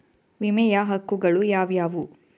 ವಿಮೆಯ ಹಕ್ಕುಗಳು ಯಾವ್ಯಾವು?